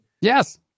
Yes